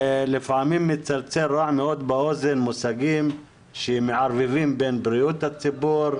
לפעמים מצלצל רע מאוד באוזן מושגים שמערבבים בין בריאות הציבור,